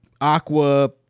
Aqua